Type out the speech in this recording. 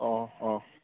অঁ অঁ